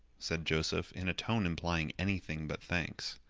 said joseph, in a tone implying anything but thanks.